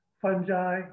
fungi